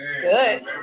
Good